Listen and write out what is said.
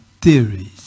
theories